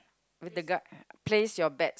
with the ga~ place your bets